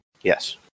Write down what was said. Yes